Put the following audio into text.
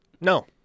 No